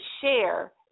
share